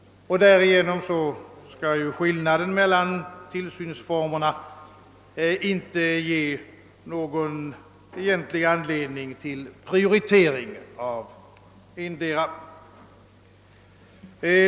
Därigenom kan en skillnad mellan tillsynsformerna inte åberopas för prioritering av endera.